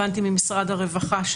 הבנתי ממשרד הרווחה,